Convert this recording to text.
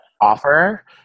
offer